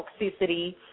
toxicity